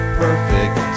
perfect